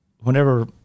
whenever